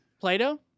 Plato